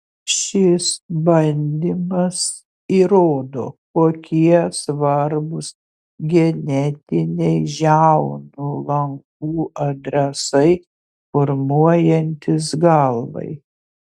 šis bandymas įrodo kokie svarbūs genetiniai žiaunų lankų adresai formuojantis galvai